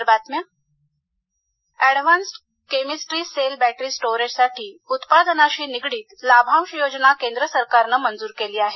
केंमं निर्णय advanced chemistry cell battery स्टोरेजसाठी उत्पादनाशी निगडीत लाभांश योजना केंद्र सरकारनं मंजूर केली आहे